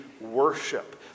worship